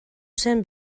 zen